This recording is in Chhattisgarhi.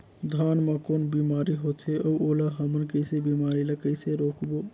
धान मा कौन बीमारी होथे अउ ओला हमन कइसे बीमारी ला कइसे रोकबो?